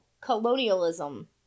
colonialism